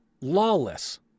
lawless